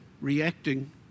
reacting